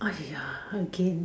!aiya! again